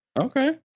Okay